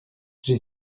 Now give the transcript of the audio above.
j’ai